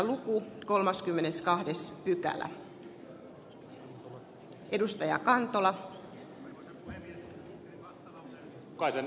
teen vastalauseen mukaisen muutosesityksen